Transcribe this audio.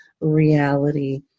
reality